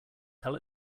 tell